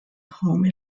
home